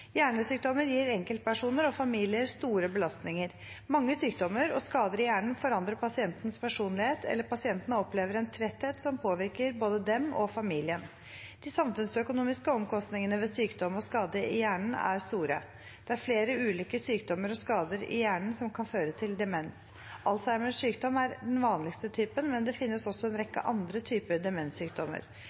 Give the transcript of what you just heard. Hjernesykdommer gir enkeltpersoner og familier store belastninger. Mange sykdommer og skader i hjernen forandrer pasientens personlighet, eller pasientene opplever en tretthet som påvirker både dem og familien. De samfunnsøkonomiske omkostningene ved sykdom og skade i hjernen er store. Det er flere ulike sykdommer og skader i hjernen som kan føre til demens. Alzheimers sykdom er den vanligste typen, men det finnes også en rekke andre typer demenssykdommer.